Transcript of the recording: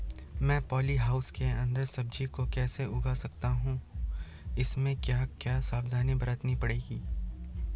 मैं poly house के अन्दर सब्जियों को कैसे उगा सकता हूँ इसमें क्या क्या सावधानियाँ बरतनी पड़ती है?